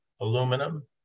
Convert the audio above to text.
aluminum